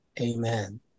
Amen